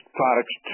products